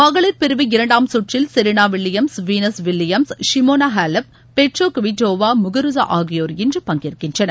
மகளிர் பிரிவு இரண்டாம் சுற்றில் Serena Williams Venus Williams Simona Halep Petra Kvitova Muguruza ஆகியோர் இன்று பங்கேற்கின்றனர்